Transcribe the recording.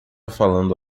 falando